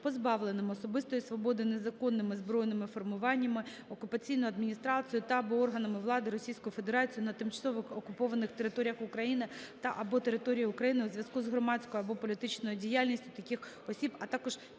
позбавленим особистої свободи незаконними збройними формуваннями, окупаційною адміністрацією та/або органами влади Російської Федерації на тимчасово окупованих територіях України та/або території України у зв'язку з громадською або політичною діяльністю таких осіб, а також підтримки